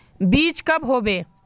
बीज कब होबे?